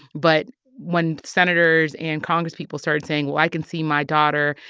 but when senators and congresspeople started saying, well, i can see my daughter,